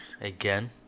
again